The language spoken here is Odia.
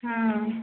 ହୁଁ